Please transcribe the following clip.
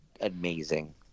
amazing